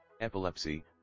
Epilepsy